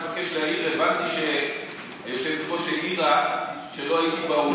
אני רק מבקש להעיר: הבנתי שהיושבת-ראש העירה שלא הייתי באולם,